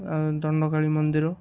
ଆଉ ଦଣ୍ଡକାଳୀ ମନ୍ଦିର